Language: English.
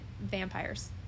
vampires